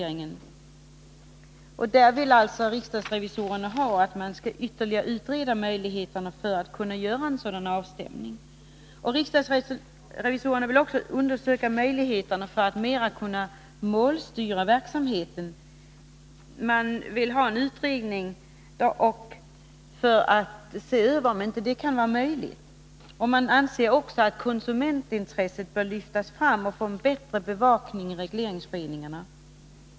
Revisorerna vill därför att man skall ytterligare undersöka möjligheterna att göra en sådan avstämning och att få en ökad målstyrning av verksamheten, och man vill i det syftet ha en utredning. Man anser också att konsumentintresset bör lyftas fram och få en bättre bevakning i regleringsföreningarna.